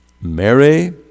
Mary